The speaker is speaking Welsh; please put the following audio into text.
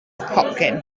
hopcyn